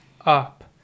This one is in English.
up